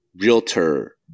realtor